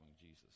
jesus